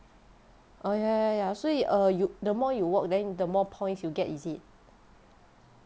oh ya ya ya 所以 err you the more you walk then the more points you get is it